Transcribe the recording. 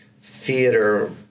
theater